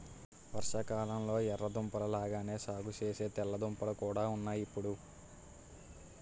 వర్షాకాలంలొ ఎర్ర దుంపల లాగానే సాగుసేసే తెల్ల దుంపలు కూడా ఉన్నాయ్ ఇప్పుడు